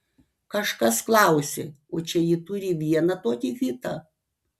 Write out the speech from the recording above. kažkas klausė o čia ji turi vieną tokį hitą